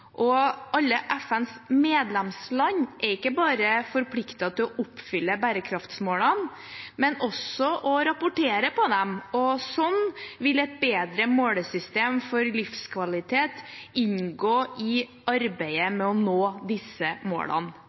og livskvalitet for alle. Alle FNs medlemsland er ikke bare forpliktet til å oppfylle bærekraftsmålene, men også å rapportere på dem, og sånn vil et bedre målesystem for livskvalitet inngå i arbeidet med å nå disse målene.